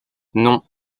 non